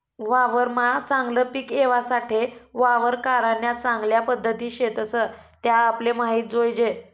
वावरमा चागलं पिक येवासाठे वावर करान्या चांगल्या पध्दती शेतस त्या आपले माहित जोयजे